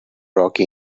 rocky